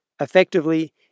Effectively